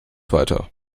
weiter